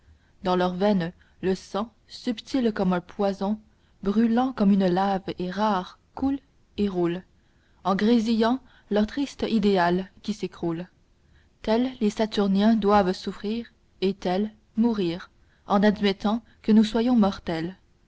dans leurs veines le sang subtil comme un poison brûlant comme une lave et rare coule et roule en grésillant leur triste idéal qui s'écroule tels les saturniens doivent souffrir et tels mourir en admettant que nous soyons mortels